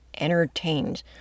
entertained